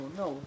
no